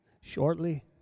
shortly